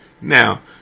Now